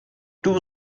too